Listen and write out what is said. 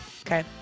Okay